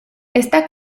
esta